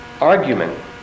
argument